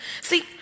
See